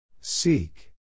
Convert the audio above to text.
Seek